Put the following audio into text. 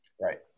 Right